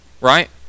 right